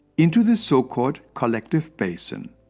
into the so-called collective basin.